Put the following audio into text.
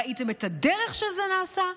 ראיתם את הדרך שבה זה נעשה,